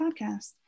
podcast